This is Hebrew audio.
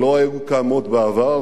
שלא היו קיימות בעבר,